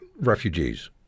refugees